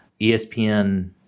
ESPN